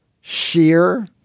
sheer